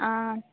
ஆ